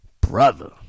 Brother